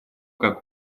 как